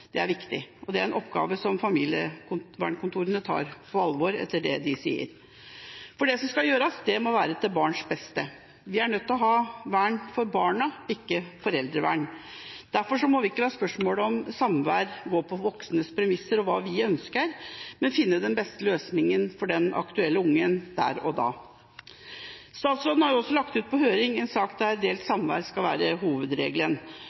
er viktig. Det er en oppgave som familievernkontorene tar på alvor, etter det de sier. Det som skal gjøres, må være til barns beste. Vi er nødt til å ha vern for barna, ikke et foreldrevern. Derfor må vi ikke la spørsmålet om samvær gå på voksnes premisser om hva de ønsker, men finne den beste løsningen for den aktuelle ungen der og da. Statsråden har også sendt ut på høring en sak der delt samvær skal være hovedregelen.